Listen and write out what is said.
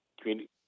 community